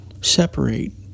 separate